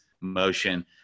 motion